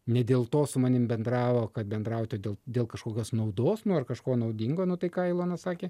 ne dėl to su manim bendravo kad bendrauti dėl dėl kažkokios naudos nu ar kažko naudingo nu tai ką ilona sakė